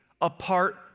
apart